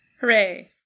hooray